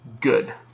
good